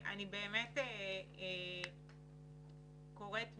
אני באמת קוראת מכן,